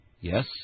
Yes